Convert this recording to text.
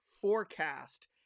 forecast